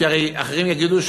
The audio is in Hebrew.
כי הרי אחרים יגידו,